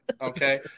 Okay